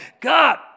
God